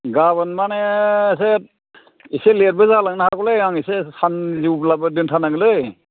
गाबोन माने एसे एसे लेटबो जालांनो हागौलै आं एसे सानजिउब्लाबो दोनथार नांगोनलै